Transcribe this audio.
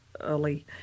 early